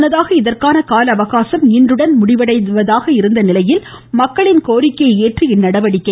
முன்னதாக இதற்கான கால அவகாசம் இன்றுடன் முடிவடைவதாக இருந்த நிலையில் மக்களின் கோரிக்கையை ஏற்று இந்நடவடிக்கை